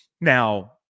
Now